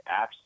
apps